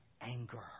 anger